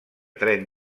tren